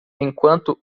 enquanto